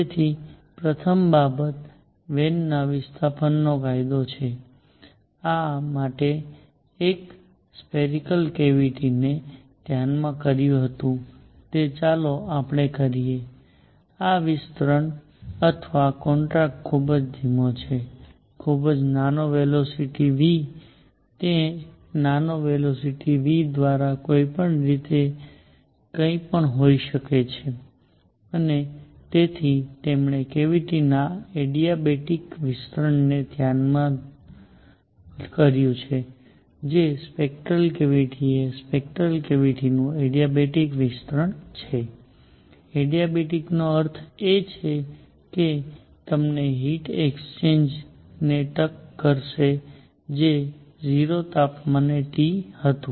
તેથી પ્રથમ બાબત વેનનો વિસ્થાપન કાયદો છે આ માટે તેણે સ્ફેરિકલ કેવીટી ને ધ્યાનમાં કર્યું હતું જે ચાલો આપણે કહીએ કે આ વિસ્તરણ અથવા કોન્ટ્રાક્ટ ખૂબ ધીમો છે ખૂબ જ નાનો વેલોસિટી v તે નાનો વેલોસિટી v દ્વારા કોઈપણ રીતે હોઈ શકે છે અને તેથી તેમણે કેવીટીના એડિયાબેટિક વિસ્તરણને ધ્યાનમાં કર્યું જે સ્ફેરિકલ કેવીટીએ સ્ફેરિકલ કેવીટીનું એડિયાબેટિક વિસ્તરણ છે એડિયાબેટિકનો અર્થ એ છે કે તે તમને હીટ એક્સચેન્જ ને ટક કરશે જે 0 તાપમાને T હતું